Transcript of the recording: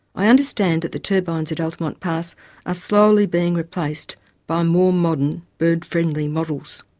i understand that the turbines at altamont pass are slowly being replaced by more modern bird-friendly models.